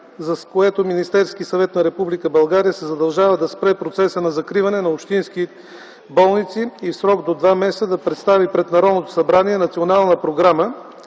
с което Министерският съвет на Република България се задължава да спре процеса на закриване на общински болници и в срок до два месеца да представи пред Народното събрание Национална програма